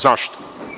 Zašto?